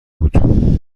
بود